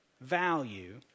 value